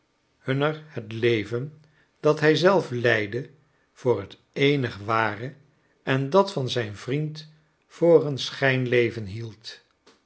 hunner het leven dat hij zelf leidde voor het eenig ware en dat van zijn vriend voor een schijnleven hield